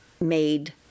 made